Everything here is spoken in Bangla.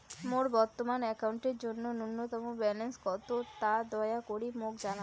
মোর বর্তমান অ্যাকাউন্টের জন্য ন্যূনতম ব্যালেন্স কত তা দয়া করি মোক জানান